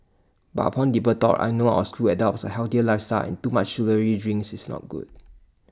but upon deeper thought I know our school adopts A healthier lifestyle and too much sugary drinks is not good